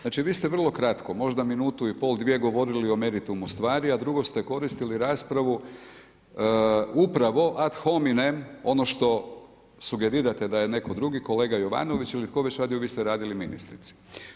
Znači vi ste vrlo kratko, možda minutu i pol, dvije govorili o meritumu stvari, a drugo ste koristili raspravu upravo ad hominem ono što sugerirate da je netko drugi, kolega Jovanović ili tko već radio, vi ste radili ministrici.